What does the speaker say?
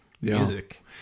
music